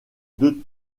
deux